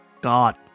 God